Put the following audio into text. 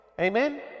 amen